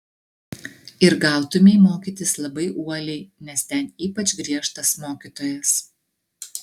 ir gautumei mokytis labai uoliai nes ten ypač griežtas mokytojas